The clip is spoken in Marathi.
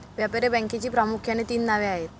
व्यापारी बँकेची प्रामुख्याने तीन नावे आहेत